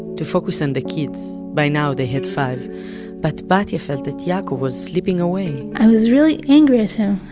to focus on the kids by now they had five but batya felt that yaakov was slipping away i was really angry at him.